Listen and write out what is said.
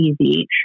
easy